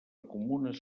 comunes